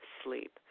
sleep